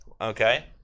Okay